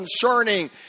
concerning